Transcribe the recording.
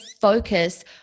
focus